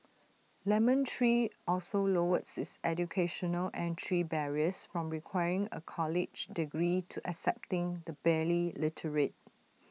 lemon tree also lowered its educational entry barriers from requiring A college degree to accepting the barely literate